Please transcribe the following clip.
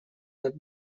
над